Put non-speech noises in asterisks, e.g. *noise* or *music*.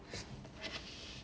*laughs*